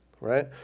right